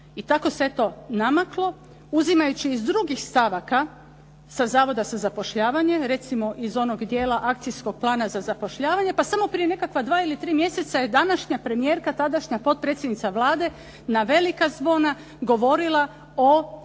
I tako se namaklo uzimajući iz drugih stavaka sa Zavoda sa zapošljavanje recimo iz onog dijela Akcijskog plana za zapošljavanje, pa samo prije neka dva ili tri mjeseca je današnja premijerka, tadašnja potpredsjednica Vlade na velika zvona govorila o